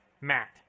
Matt